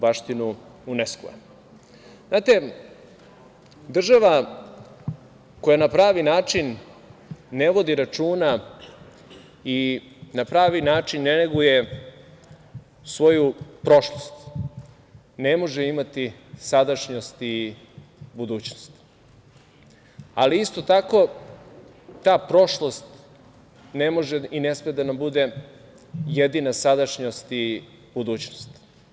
Znate, država koja na pravi način ne vodi računa i na pravi način ne neguje svoju prošlost ne može imati sadašnjost i budućnost, ali isto tako ta prošlost ne može i ne sme da nam bude jedina sadašnjost i budućnost.